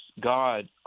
God